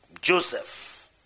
Joseph